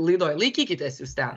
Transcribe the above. laidoj laikykitės jūs ten